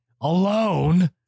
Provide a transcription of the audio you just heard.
alone